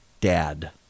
dad